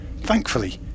Thankfully